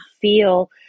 feel